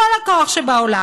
כל הכוח שבעולם.